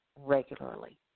regularly